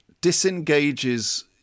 disengages